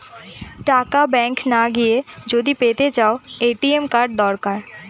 টাকা ব্যাঙ্ক না গিয়ে যদি পেতে চাও, এ.টি.এম কার্ড দরকার